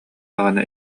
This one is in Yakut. даҕаны